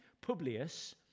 Publius